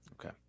Okay